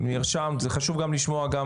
נרשמת, זה חשוב גם לשמוע.